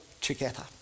together